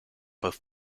both